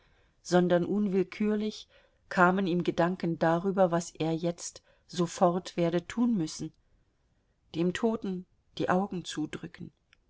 sondern unwillkürlich kamen ihm gedanken darüber was er jetzt sofort werde tun müssen dem toten die augen zudrücken